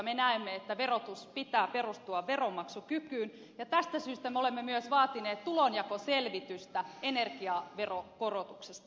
me näemme että verotuksen pitää perustua veronmaksukykyyn ja tästä syystä me olemme myös vaatineet tulonjakoselvitystä energiaveron korotuksesta